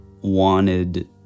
wanted